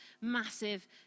massive